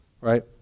right